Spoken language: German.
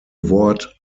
wort